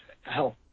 help